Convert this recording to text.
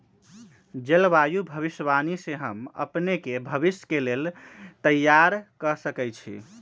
जलवायु भविष्यवाणी से हम अपने के भविष्य के लेल तइयार कऽ सकै छी